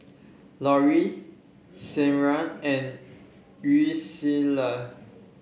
Lori Sierra and Yulissa